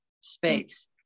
space